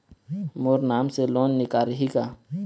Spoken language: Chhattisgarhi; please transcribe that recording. मोर नाम से लोन निकारिही का?